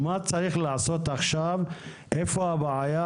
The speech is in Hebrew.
מה צריך לעשות עכשיו, איפה הבעיה